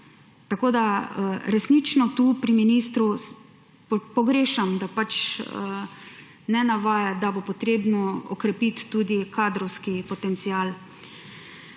Resnično tu pri ministru pogrešam, da ne navaja, da bo treba okrepiti tudi kadrovski potencial.